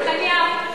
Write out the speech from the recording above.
נתניהו.